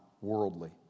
worldly